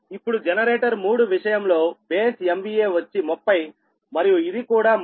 ఇప్పుడు జనరేటర్ 3 విషయంలో base MVA వచ్చి 30 మరియు ఇది కూడా 30